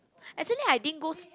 actually I didn't go sp~